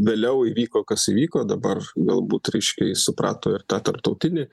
vėliau įvyko kas įvyko dabar galbūt ryškiai suprato ir tą tarptautinį